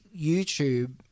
YouTube